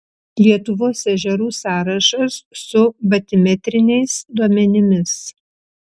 lietuvos ežerų sąrašas su batimetriniais duomenimis